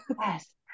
yes